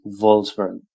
Wolfsburg